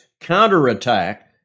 counterattack